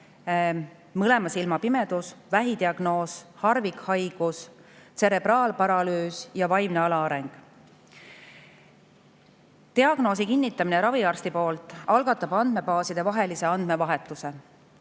mõlema silma pimedus, vähidiagnoos, harvikhaigus, tserebraalparalüüs ja vaimne alaareng. Diagnoosi kinnitamine raviarsti poolt algatab andmebaasidevahelise andmevahetuse,